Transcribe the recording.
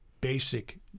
basic